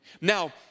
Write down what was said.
Now